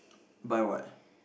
buy what